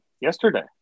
yesterday